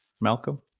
Malcolm